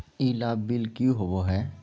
ई लाभ बिल की होबो हैं?